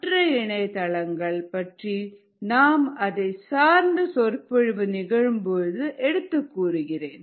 மற்ற இணையதளங்களை பற்றி நாம் அதை சார்ந்த சொற்பொழிவு நிகழும் பொழுது எடுத்துக் கூறுகிறேன்